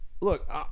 Look